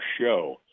show